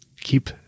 keep